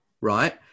right